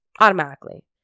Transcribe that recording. Automatically